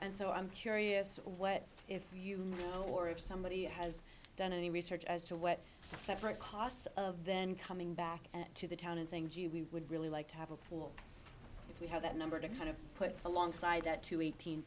and so i'm curious what if you know or if somebody has done any research as to what a separate cost of then coming back to the town and saying gee we would really like to have a pool if we have that number to kind of put alongside that to eight